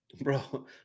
Bro